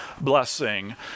blessing